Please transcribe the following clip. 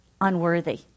unworthy